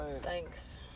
Thanks